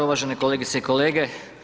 Uvažene kolegice i kolege.